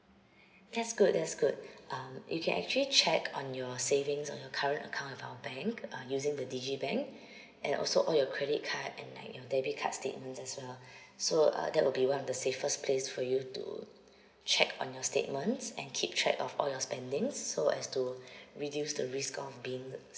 that'S_Good that'S_Good um you can actually check on your savings or your current account with our bank uh using the digibank and also all your credit card and like your debit card statements as well so uh that will be one of the safest place for you to check on your statements and keep track of all your spending's so as to reduce the risk of being